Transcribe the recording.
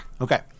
Okay